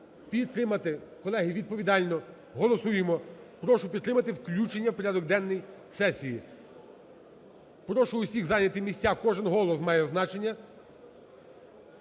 Колеги, відповідально голосуємо. Прошу підтримати включення у порядок денний сесії. Прошу усіх зайняти місця. Кожен голос має значення!